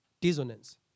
Dissonance